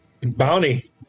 Bounty